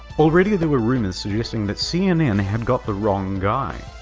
already there were rumors suggesting that cnn had got the wrong guy.